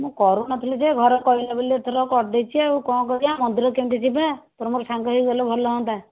ମୁଁ କରୁନଥିଲି ଯେ ଘରେ କହିଲେ ବୋଲି ଏଥର କରିଦେଇଛି ଆଉ କ'ଣ କରିବା ମନ୍ଦିର କେମିତି ଯିବା ତୋର ମୋର ସାଙ୍ଗ ହୋଇକି ଗଲେ ଭଲ ହୁଅନ୍ତା